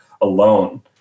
alone